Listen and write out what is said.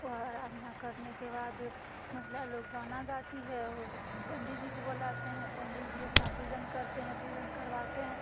और अराधना करने के बाद महिला लोग गाना गाती है और पंडित जी को बुलाते हैं पंडित जी अपना पूजन करते हैं पूजन करवाते हैं